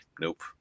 Nope